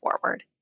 forward